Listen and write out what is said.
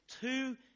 two